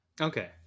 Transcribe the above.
okay